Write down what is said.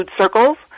circles